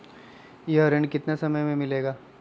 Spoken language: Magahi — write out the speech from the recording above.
यह ऋण कितने समय मे मिलेगा?